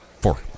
Four